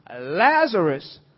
Lazarus